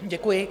Děkuji.